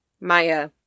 Maya